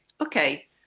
okay